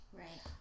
right